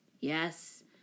Yes